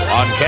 on